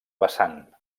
vessant